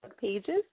pages